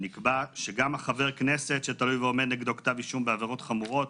נקבע שגם חבר כנסת שתלוי ועומד נגדו כתב אישום בעבירות חמורות,